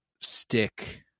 stick